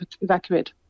evacuate